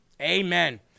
Amen